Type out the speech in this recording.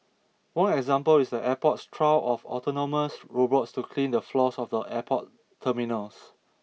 one example is the airport's trial of autonomous robots to clean the floors of the airport terminals